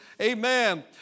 Amen